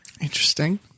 Interesting